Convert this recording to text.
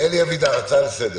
אלי אבידר, הצעה לסדר.